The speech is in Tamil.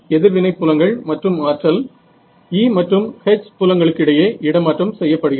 எதிர்வினை புலங்கள் மற்றும் ஆற்றல் E மற்றும் H புலங்களுக்கிடையே இடமாற்றம் செய்யப்படுகிறது